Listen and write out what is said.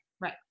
Right